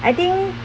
I think